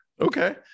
Okay